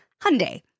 Hyundai